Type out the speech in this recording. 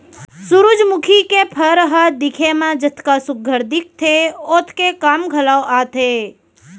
सुरूजमुखी के फर ह दिखे म जतका सुग्घर दिखथे ओतके काम घलौ आथे